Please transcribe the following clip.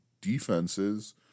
defenses